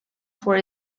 for